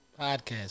Podcast